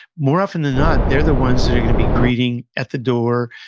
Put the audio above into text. more often than not, they're the ones that you're going to be greeting at the door,